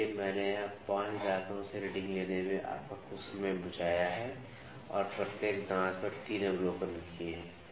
इसलिए मैंने यहां 5 दांतों से रीडिंग लेने में आपका कुछ समय बचाया है और प्रत्येक दांत पर 3 अवलोकन किए गए हैं